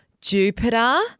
Jupiter